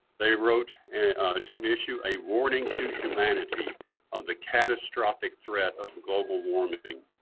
they wrote to issue a warning to humanity of the catastrophic threat of global warming.